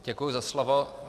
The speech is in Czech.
Děkuji za slovo.